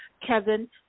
Kevin